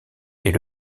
est